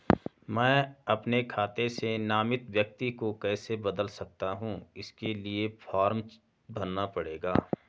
मैं अपने खाते से नामित व्यक्ति को कैसे बदल सकता हूँ इसके लिए फॉर्म भरना पड़ेगा?